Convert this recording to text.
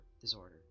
disorder